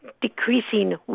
decreasing